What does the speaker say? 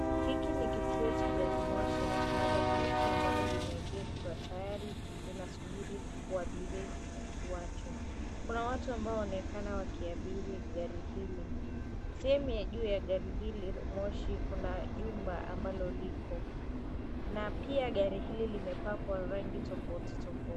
Hiki ni kituo cha gari moshi na kuna gari moshi ambalo limeegeshwa tayari linasubiri kuabiri watu. Kuna watu ambao wanaonekana wakiabiri gari hili. Sehemu ya juu ya gari hili la moshi kuna jumba ambalo liko, na pia gari hili limepakwa rangi tofautitofauti.